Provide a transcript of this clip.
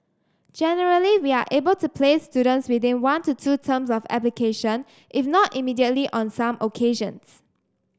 generally we are able to place students within one to two terms of application if not immediately on some occasions